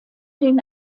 den